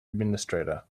administrator